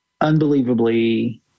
unbelievably